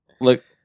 Look